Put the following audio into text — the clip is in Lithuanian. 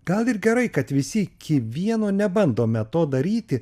gal ir gerai kad visi iki vieno nebandome to daryti